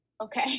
okay